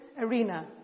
arena